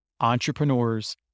entrepreneurs